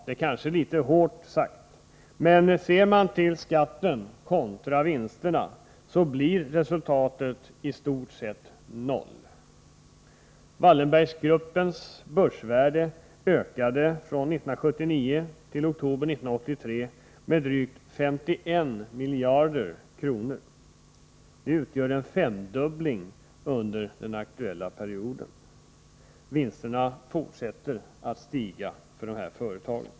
Det är kanske litet hårt sagt, men ser man till skatten kontra vinsterna blir resultatet i stort sett noll. Wallenberggruppens börsvärde ökade från 1979 till oktober 1983 med drygt 51 miljarder kronor. Det utgör en femdubbling under den aktuella perioden. Och vinsterna fortsätter att stiga för dessa företag.